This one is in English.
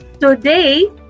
today